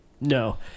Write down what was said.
No